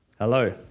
Hello